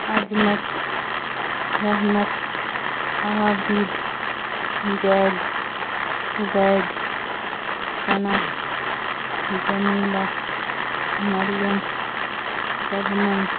اجمت رحمت عاابد جید عبید شثنا جمیلا مریم سبنم